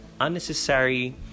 unnecessary